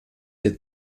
der